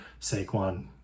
Saquon